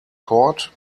cord